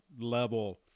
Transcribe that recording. level